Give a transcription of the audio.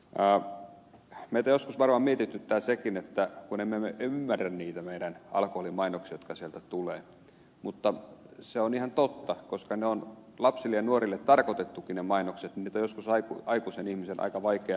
meitä joskus varmaan mietityttää sekin kun emme ymmärrä niitä alkoholimainoksia joita sieltä tulee mutta se on ihan totta koska ne on tarkoitettukin lapsille ja nuorille joten niitä on joskus aikuisen ihmisen aika vaikea ymmärtää